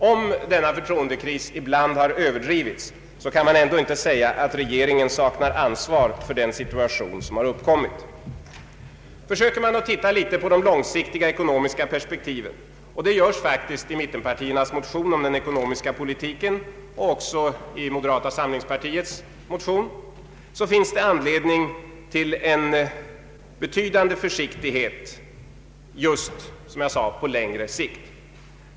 Om denna förtroendekris ibland överdrivits, så kan man ändå inte säga att regeringen saknar ansvar för den situation som har uppkommit. Försöker man att studera de mera långsiktiga ekonomiska perspektiven — och det görs faktiskt i mittenpartiernas motion om den ekonomiska politiken och också i moderata samlingspartiets motion — finns det anledning till en betydande försiktighet, särskilt, som jag sade, på längre sikt.